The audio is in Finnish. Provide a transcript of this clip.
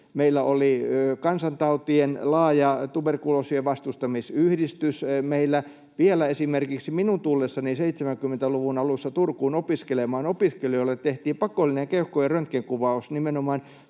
Meillä oli laaja Tuberkuloosin Vastustamisyhdistys. Meillä vielä esimerkiksi minun tullessani 70-luvun alussa Turkuun opiskelemaan opiskelijoille tehtiin pakollinen keuhkojen röntgenkuvaus nimenomaan